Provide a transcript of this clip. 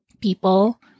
people